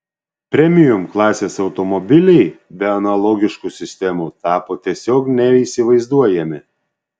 premium klasės automobiliai be analogiškų sistemų tapo tiesiog neįsivaizduojami